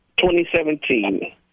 2017